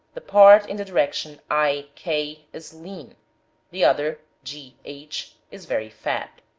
the part in the direction i, k, is lean the other, g, h, is very fat.